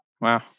Wow